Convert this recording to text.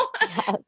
yes